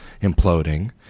imploding